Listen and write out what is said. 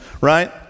right